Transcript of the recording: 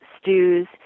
stews